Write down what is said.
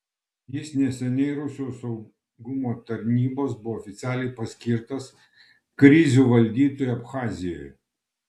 jis neseniai rusijos saugumo tarybos buvo oficialiai paskirtas krizių valdytoju abchazijoje